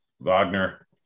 Wagner